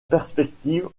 perspective